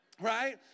right